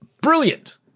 brilliant